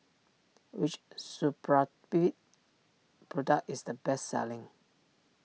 which Supravit product is the best selling